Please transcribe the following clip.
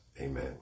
Amen